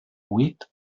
huit